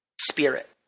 spirit